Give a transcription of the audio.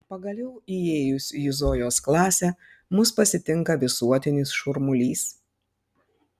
pagaliau įėjus į zojos klasę mus pasitinka visuotinis šurmulys